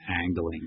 angling